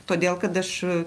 todėl kad aš